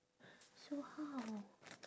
so how